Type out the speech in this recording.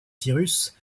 cyrus